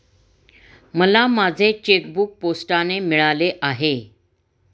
मला माझे चेकबूक पोस्टाने मिळाले आहे